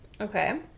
Okay